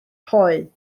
hoe